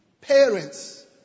parents